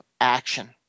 action